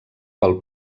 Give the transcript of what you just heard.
pel